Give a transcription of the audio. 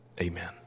Amen